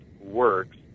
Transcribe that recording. works